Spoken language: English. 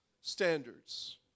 standards